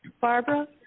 Barbara